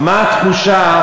מה התחושה